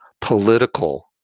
political